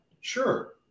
sure